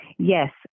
Yes